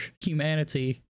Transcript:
humanity